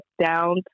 down